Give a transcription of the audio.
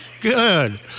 Good